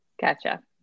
Gotcha